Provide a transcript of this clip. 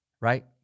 right